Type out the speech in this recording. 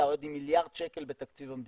אתה עם עוד מיליארד שקל בתקציב המדינה.